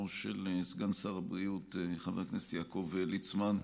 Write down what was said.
של סגן שר הבריאות חבר הכנסת יעקב ליצמן,